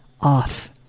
off